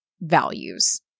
values